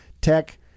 Tech